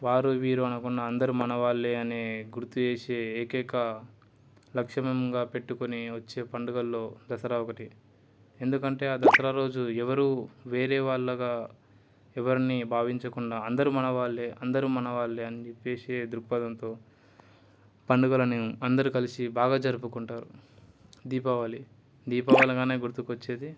వారు వీరు అనుకున్న అందరు మనవాళ్ళు అని గుర్తు చేసే ఏకైక లక్ష్యంగా పెట్టుకుని వచ్చే పండుగలలో దసరా ఒకటి ఎందుకంటే ఆ దసరా రోజు ఎవరు వేరే వాళ్ళగా ఎవరిని భావించకుండా అందరు మనవాళ్ళు అందరు మనవాళ్ళు అని చెప్పి దృక్పథంతో పండుగలను అందరు కలిసి బాగా జరుపుకుంటారు దీపావళి దీపావళి అనగానే గుర్తుకు వచ్చేది